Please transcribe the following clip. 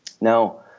Now